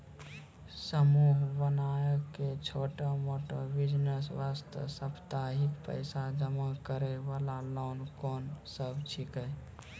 समूह बनाय के छोटा मोटा बिज़नेस वास्ते साप्ताहिक पैसा जमा करे वाला लोन कोंन सब छीके?